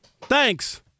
Thanks